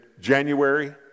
January